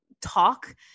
talk